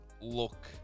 look